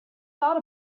thought